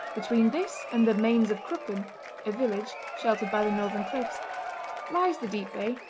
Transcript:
between this and the mains of crooken' a village sheltered by the northern cliffs lies the deep bay,